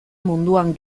munduan